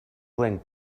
playing